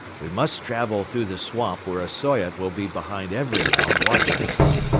we must travel through the swamp where a soyot will be behind every mound watching us.